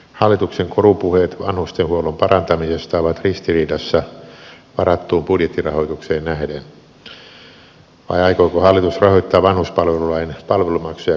hallituksen korupuheet vanhustenhuollon parantamisesta ovat ristiriidassa varattuun budjettirahoituk seen nähden vai aikooko hallitus rahoittaa vanhuspalvelulain palvelumaksuja korottamalla